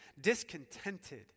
discontented